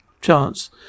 chance